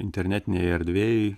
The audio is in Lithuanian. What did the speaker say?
internetinėj erdvėj